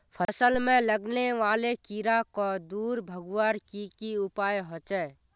फसल में लगने वाले कीड़ा क दूर भगवार की की उपाय होचे?